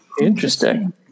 Interesting